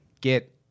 get